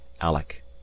Alec